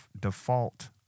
default